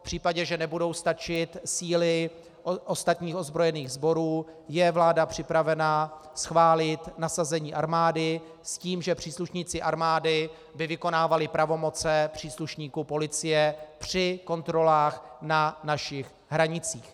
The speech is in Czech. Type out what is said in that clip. V případě, že nebudou stačit síly ostatních ozbrojených sborů, je vláda připravena schválit nasazení armády s tím, že příslušníci armády by vykonávali pravomoci příslušníků policie při kontrolách na našich hranicích.